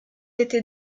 été